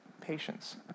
patience